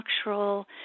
structural